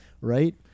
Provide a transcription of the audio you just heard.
right